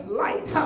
light